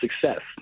success